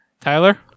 Tyler